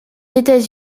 états